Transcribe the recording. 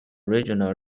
regional